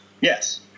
Yes